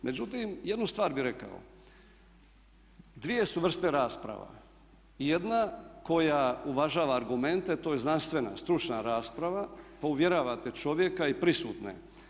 Međutim, jednu stvar bi rekao dvije su vrste rasprava, jedna koja uvažava argumente to je znanstvena, stručna rasprava, provjeravate čovjeka i prisutne.